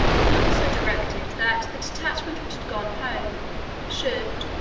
he also directed that the detachment which had gone home should,